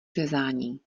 řezání